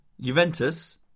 Juventus